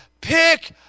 Pick